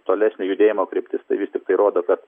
tolesnio judėjimo kryptis vis tiktai rodo kad